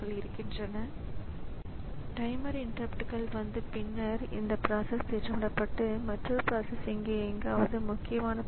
இப்போது read only memory CPU power off செய்யப்பட்டிருந்தாலும் உள்ளடக்கம் இழப்பாகக் கூடாது என்பதுதான் முக்கிய விஷயம்